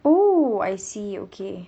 oh I see okay